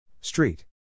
Street